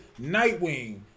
Nightwing